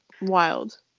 wild